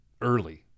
early